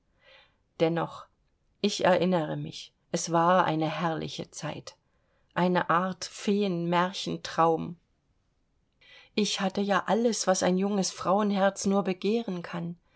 dennoch ich erinnere mich es war eine herrliche zeit eine art feenmärchentraum ich hatte ja alles was ein junges frauenherz nur begehren kann